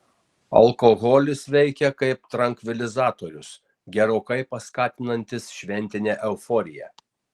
alkoholis veikia kaip trankvilizatorius gerokai paskatinantis šventinę euforiją